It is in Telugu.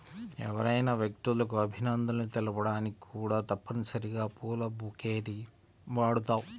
ఎవరైనా వ్యక్తులకు అభినందనలు తెలపడానికి కూడా తప్పనిసరిగా పూల బొకేని వాడుతాం